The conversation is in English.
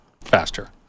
faster